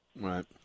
Right